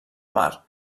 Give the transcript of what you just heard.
mar